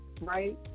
right